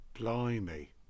Blimey